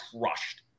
crushed